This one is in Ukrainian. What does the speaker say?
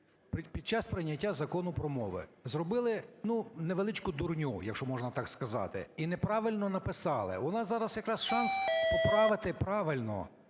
під час прийняття Закону про мови зробили, ну, невеличку дурню, якщо можна так сказати, і неправильно написали, у нас зараз якраз шанс поправити правильно